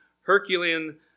Herculean